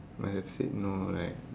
when I said no right